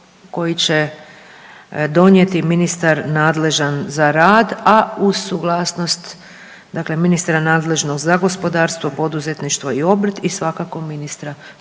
koji će donijeti ministar nadležan za rad, a uz suglasnost dakle ministra nadležnog za gospodarstvo, poduzetništvo i obrt i svakako ministra nadležnog